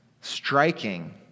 striking